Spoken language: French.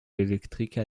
électrique